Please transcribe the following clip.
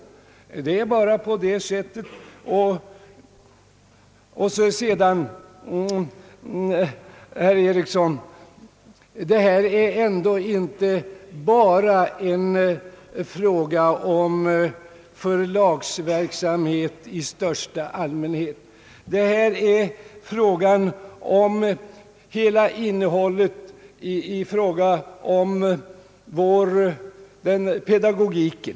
Det förhåller sig bara på det sättet. Vidare är det, herr Ericsson, inte bara fråga om en förlagsverksamhet i största allmänhet. Här gäller det hela innehållet i pedagogiken.